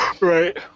Right